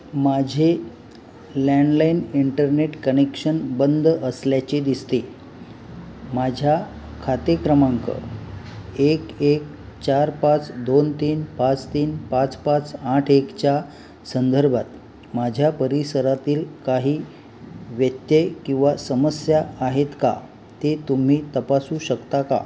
माझे landline internet connection बंद असल्याचे दिसते माझ्या खाते क्रमांक एक एक चार पाच दोन तीन पाच तीन पाच पाच आठ एकच्या संदर्भात माझ्या परिसरातील काही व्यत्यय किंवा समस्या आहेत का ते तुम्ही तपासू शकता का